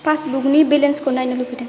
पासबुकनि बेलेन्सखौ नायनो लुबैदों